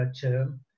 term